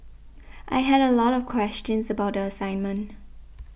I had a lot of questions about the assignment